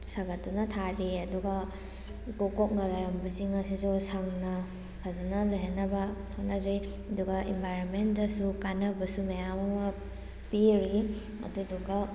ꯁꯥꯒꯠꯇꯨꯅ ꯊꯥꯔꯤ ꯑꯗꯨꯒ ꯏꯀꯣꯛ ꯀꯣꯛꯅ ꯂꯩꯔꯝꯕꯁꯤꯡ ꯑꯁꯤꯁꯨ ꯁꯪꯅ ꯐꯖꯅ ꯂꯩꯍꯟꯅꯕ ꯍꯣꯠꯅꯖꯩ ꯑꯗꯨꯒ ꯏꯟꯕꯥꯏꯔꯣꯃꯦꯟꯗꯁꯨ ꯀꯥꯅꯕꯁꯨ ꯃꯌꯥꯝ ꯑꯃ ꯄꯤꯔꯔꯤ ꯑꯗꯨꯗꯨꯒ